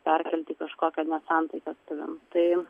perkelti į kažkokią nesantaiką su tavim tai